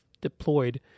deployed